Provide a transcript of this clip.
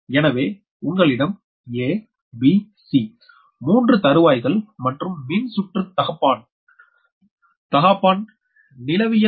எனவே உங்களிடம் a b c 3 தருவாய்கள் மற்றும் மின் சுற்றுத் தகாப்பான் நிலவியல்